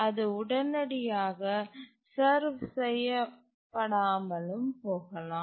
அது உடனடியாக சர்வு செய்யப்படாமலும் போகலாம்